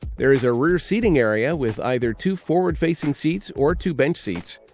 there is a rear seating area with either two forward facing seats, or two bench seats,